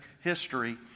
History